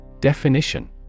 Definition